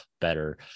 better